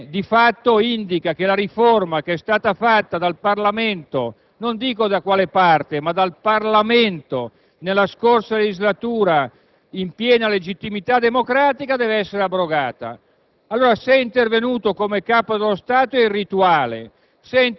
prendendo evidentemente parte, visto che di fatto indica che la riforma che è stata varata dal Parlamento (non dico da quale parte, ma dal Parlamento) nella scorsa legislatura, in piena legittimità democratica, deve essere abrogata.